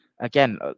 again